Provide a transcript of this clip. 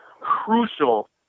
crucial